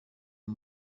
uyu